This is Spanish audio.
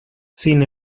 sin